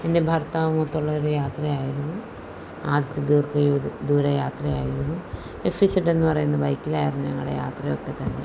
എൻ്റെ ഭർത്താവുമൊത്തുള്ളൊരു യാത്രയായിരുന്നു ആദ്യത്തെ ദീർഘദൂര യാത്രയായിരുന്നു എഫ് ഇസെഡെന്ന് പറയുന്ന ബൈക്കിലായിരുന്നു ഞങ്ങളുടെ യാത്രയൊക്കെത്തന്നെ